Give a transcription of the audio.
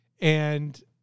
And-